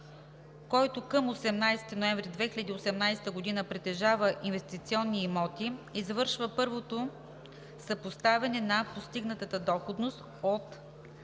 който към 18 ноември 2018 г. притежава инвестиционни имоти, извършва първото съпоставяне на постигнатата доходност от